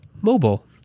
Mobile